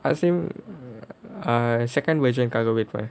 ask him err second version